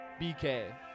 BK